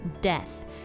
death